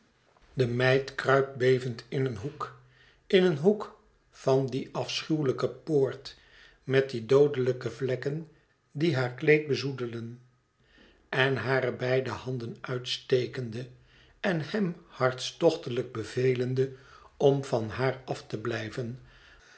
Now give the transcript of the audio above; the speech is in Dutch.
de meid kruipt bevend in een hoek in een hoek van die afschuwelijke poort met die doodelijke vlekken die haar kleed bezoedelen en hare beide handen uitstekende en hem hartstochtelijk bevelende om van haar af te blijven